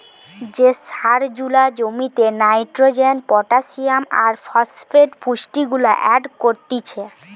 যে সার জুলা জমিতে নাইট্রোজেন, পটাসিয়াম আর ফসফেট পুষ্টিগুলা এড করতিছে